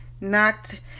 knocked